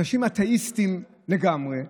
אנשים אתאיסטים לגמרי,